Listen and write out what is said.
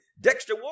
Dexter